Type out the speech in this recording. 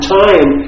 time